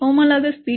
homologous B